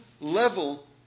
level